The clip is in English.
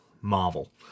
Marvel